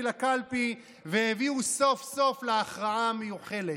לקלפי והביאו סוף-סוף להכרעה המיוחלת.